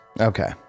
Okay